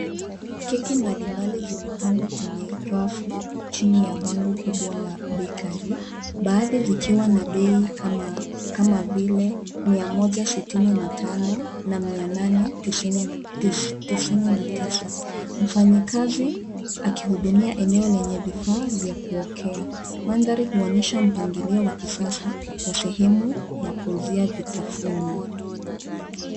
Keki mbalimbali zimepangwa kwenye rafu chini ya bango kubwa la bakery , baadhi zikiwa na bei kama vile mia moja na sitini na tano na mia nane tisini na tisa. Mfanyakazi, akihudumia eneo lenye vifaa vya kuokea. Mandhari yanaonyesha mpangilio wa kisasa ya sehemu ya kuuzia vitafunwa.